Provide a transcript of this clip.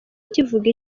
kivuga